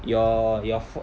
your your f~